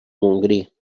montgrí